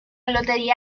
lotería